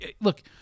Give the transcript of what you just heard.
Look